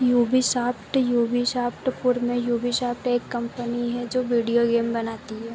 Ubisoft Ubisoft पूर्व में Ubisoft एक कंपनी है जो वीडियो गेम बनाती है